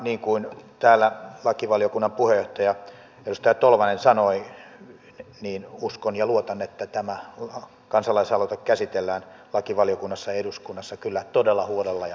niin kuin täällä lakivaliokunnan puheenjohtaja edustaja tolvanen sanoi uskon ja luotan että tämä kansalaisaloite käsitellään lakivaliokunnassa ja eduskunnassa kyllä todella huolella ja vakavasti